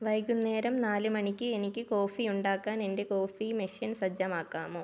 വൈകുന്നേരം നാല് മണിക്ക് എനിക്ക് കോഫി ഉണ്ടാക്കാൻ എന്റെ കോഫി മെഷീൻ സജ്ജമാക്കാമോ